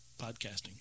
podcasting